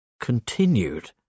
continued